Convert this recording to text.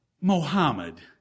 Mohammed